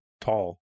tall